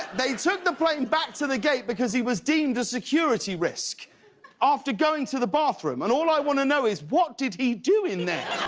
they took the plane back to the gate because he was deemed a security risk after going to the bathroom. and all i want to know is what did he do in there?